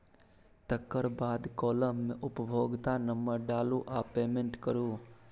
तकर बाद काँलम मे उपभोक्ता नंबर डालु आ पेमेंट करु